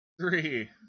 three